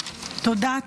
תודה.